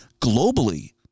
globally